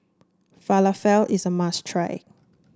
Falafel is a must try